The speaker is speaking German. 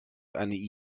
eine